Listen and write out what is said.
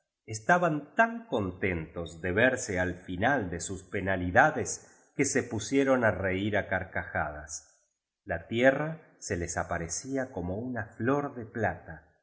estaban tan contentos de verse al final de sus penalidades que se pusieron á reir á carcajadas la tierra se les aparecía como una flor de plata